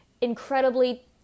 incredibly